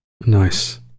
Nice